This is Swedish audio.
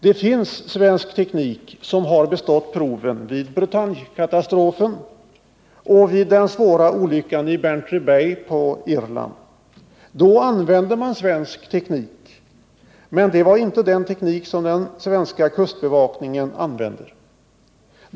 Det finns svensk teknik som har bestått proven vid Bretagnekatastrofen och vid den svåra olyckan i Bantry Bay. Då användes svensk teknik, men inte den teknik som den svenska kustbevakningen använder.